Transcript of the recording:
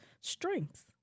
strengths